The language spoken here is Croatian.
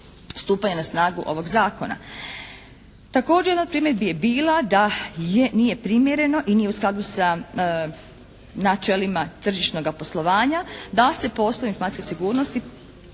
stupanja na snagu ovog zakona. Također, jedna od primjedbi je bila da nije primjereno i nije u skladu sa načelima tržišnoga poslovanja da se po osnovu informacijske sigurnosti